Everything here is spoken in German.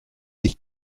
ich